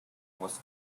was